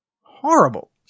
horrible